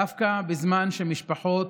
דווקא בזמן שמשפחות